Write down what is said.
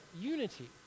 unity